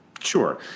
Sure